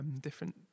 different